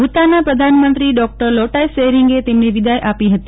ભુતાનના પ્રધાનમંત્રી ડોક્ટર લોટાય ત્શરિંગે તેમને વિદાય આપી ફતી